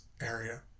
area